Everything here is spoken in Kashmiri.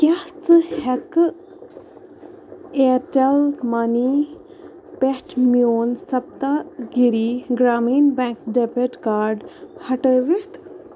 کیٛاہ ژٕ ہٮ۪کہٕ اِیَرٹیٚل مٔنی پٮ۪ٹھ میٛون Saptagiri Grameen bank debit card ہٹٲوِتھ